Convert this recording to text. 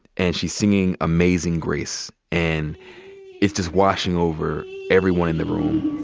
and she's singing amazing grace. and it's just washing over everyone in the room.